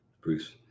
Bruce